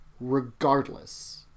regardless